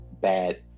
bad